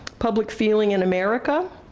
public feeling in america,